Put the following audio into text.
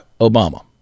Obama